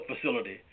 facility